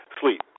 sleep